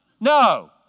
No